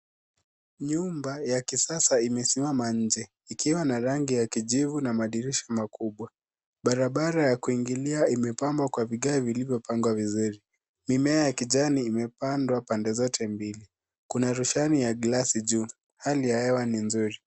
Jumba ya kisasa imesimama nje ikiwa na rangi ya kijivu na madirisha makubwa. Barabara ya kuingilia imepambwa kwa vigae vilivyopangwa vizuri. Mimea ya kijani imepandwa pande zote mbili. Kuna roshani ya glasi juu. Hali ya hewa ni nzuri.